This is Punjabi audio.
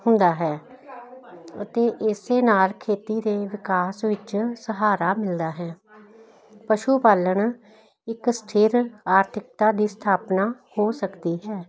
ਹੁੰਦਾ ਹੈ ਅਤੇ ਇਸੇ ਨਾਲ ਖੇਤੀ ਦੇ ਵਿਕਾਸ ਵਿੱਚ ਸਹਾਰਾ ਮਿਲਦਾ ਹੈ ਪਸ਼ੂ ਪਾਲਣ ਇੱਕ ਸਥਿਰ ਆਰਥਿਕਤਾ ਦੀ ਸਥਾਪਨਾ ਹੋ ਸਕਦੀ ਹੈ